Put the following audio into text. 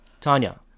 Tanya